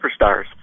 superstars